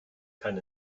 kein